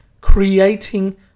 creating